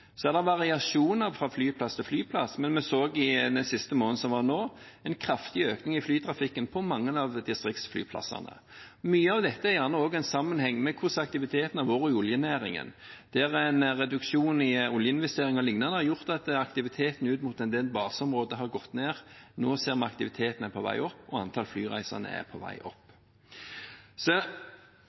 Så er det variasjoner fra flyplass til flyplass, men nå sist måned har vi sett en kraftig økning i flytrafikken på mange av distriktsflyplassene. Mye av dette har gjerne også en sammenheng med hvordan aktiviteten har vært i oljenæringen, der en reduksjon i oljeinvesteringer og lignende har gjort at aktiviteten på en del baseområder har gått ned. Nå ser vi at aktiviteten er på vei opp, og antall flyreisende er på vei